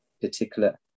particular